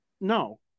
no